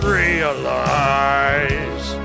realize